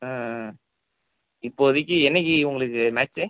ஆ ஆ இப்போதைக்கி என்றைக்கி உங்களுக்கு மேட்ச்சு